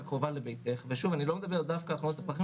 פרחים קרובה לביתך אני לא מדבר דווקא על חנות הפרחים,